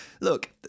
look